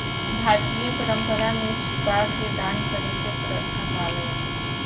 भारतीय परंपरा में छुपा के दान करे के प्रथा बावे